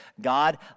God